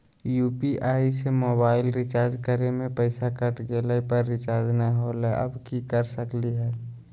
UPI से mobile recharge करे में पैसा कट गेलई, पर रिचार्ज नई होलई, अब की कर सकली हई?